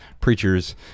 Preachers